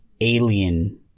alien